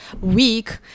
week